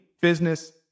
business